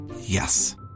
Yes